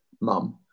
mum